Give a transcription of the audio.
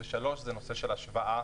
נושא של השוואה